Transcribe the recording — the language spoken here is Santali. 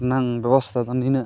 ᱨᱮᱱᱟᱝ ᱵᱮᱵᱚᱥᱛᱟ ᱫᱚ ᱱᱤᱱᱟᱹᱜ